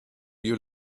you